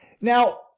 Now